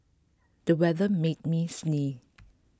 the weather made me sneeze